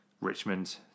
Richmond